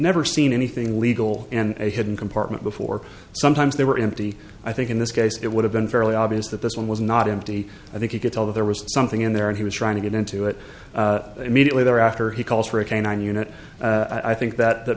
never seen anything legal and a hidden compartment before sometimes they were empty he i think in this case it would have been fairly obvious that this one was not empty i think you could tell that there was something in there and he was trying to get into it immediately thereafter he calls for a canine unit i think that that